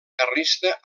carlista